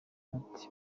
ati